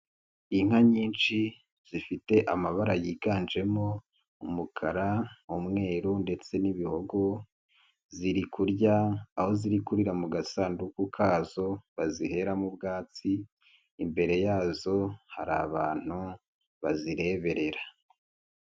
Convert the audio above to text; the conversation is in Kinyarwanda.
Inka nyinshi zifite amabara yiganjemo umukara, umweru ndetse n'ibihogo, ziri kurya aho ziri kurira mu gasanduku kazo baziheramo ubwatsi imbere yazo hari abantu bazireberera.